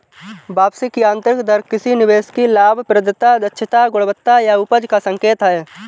वापसी की आंतरिक दर किसी निवेश की लाभप्रदता, दक्षता, गुणवत्ता या उपज का संकेत है